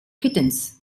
kittens